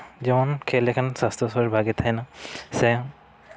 ᱡᱮᱢᱚᱱ ᱠᱷᱮᱞ ᱞᱮᱠᱷᱟᱱ ᱥᱟᱥᱛᱷᱚ ᱥᱚᱨᱤᱨ ᱵᱷᱟᱜᱮ ᱛᱟᱦᱮᱱᱟ ᱥᱮ